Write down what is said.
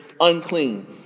unclean